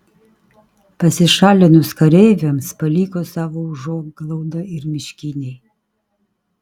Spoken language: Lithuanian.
pasišalinus kareiviams paliko savo užuoglaudą ir miškiniai